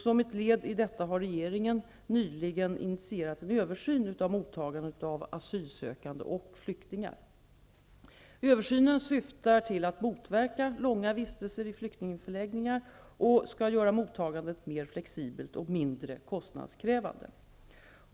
Som ett led i detta har regeringen nyligen initierat en översyn av mottagandet av asylsökande och flyktingar. Översynen syftar till att motverka långa vistelser i flyktingförläggningar och skall göra mottagandet mer flexibelt och mindre kostnadskrävande.